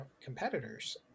competitors